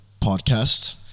Podcast